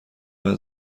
بعد